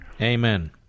Amen